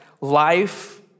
life